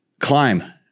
Climb